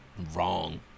Wrong